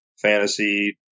fantasy